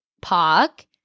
park